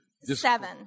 Seven